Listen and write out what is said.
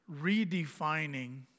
redefining